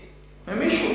ממישהו,